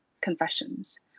confessions